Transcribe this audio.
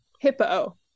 hippo